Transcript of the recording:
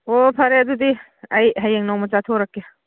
ꯑꯣ ꯐꯔꯦ ꯑꯗꯨꯗꯤ ꯑꯩ ꯍꯌꯦꯡ ꯅꯣꯡꯃ ꯆꯠꯊꯣꯔꯛꯀꯦ